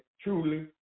Truly